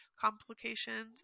complications